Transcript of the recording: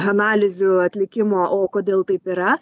analizių atlikimo o kodėl taip yra